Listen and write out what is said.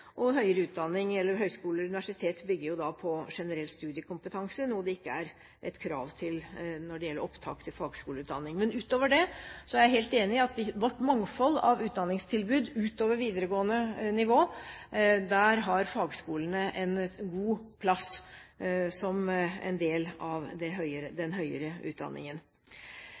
og høyskoler og universitet bygger på generell studiekompetanse, noe som ikke er et krav når det gjelder opptak til fagskoleutdanning. Utover det er jeg helt enig i at i vårt mangfold av utdanningstilbud utover videregående nivå har fagskolene en god plass som en del av den høyere utdanningen.